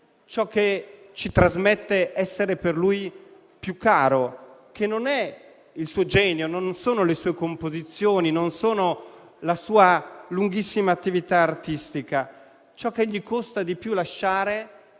ciò che ci trasmette essere per lui più caro, che non è il suo genio, non sono le sue composizioni e la sua lunghissima attività artistica: ciò che gli costa di più lasciare